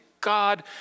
God